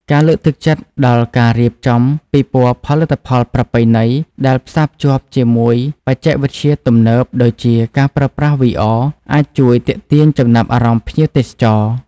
ការលើកទឹកចិត្តដល់ការរៀបចំពិព័រណ៍ផលិតផលប្រពៃណីដែលផ្សារភ្ជាប់ជាមួយបច្ចេកវិទ្យាទំនើបដូចជាការប្រើប្រាស់ VR អាចជួយទាក់ទាញចំណាប់អារម្មណ៍ភ្ញៀវទេសចរ។